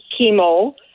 chemo